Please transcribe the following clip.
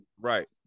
Right